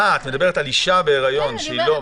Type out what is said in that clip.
אה, את מדברת על אישה בהיריון שהיא לא מחוסנת.